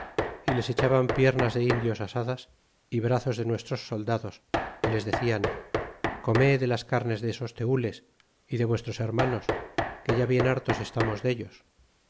y les echaban piernas de indios asadas y brazos de nuestros soldados y les decian come de las carnes de esos tenles y de vuestros hermanos que ya bien hartos estarnos dellos